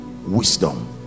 wisdom